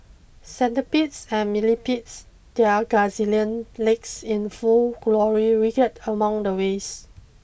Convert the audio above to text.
centipedes and millipedes their gazillion legs in full glory among the waste